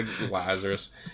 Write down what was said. Lazarus